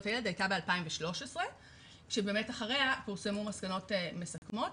הילד הייתה ב-2013 שבאמת אחריה פורסמו מסקנות מסכמות.